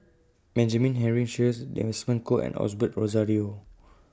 Benjamin Henry Sheares Desmond Kon and Osbert Rozario